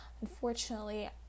Unfortunately